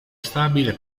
stabile